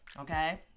Okay